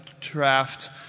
draft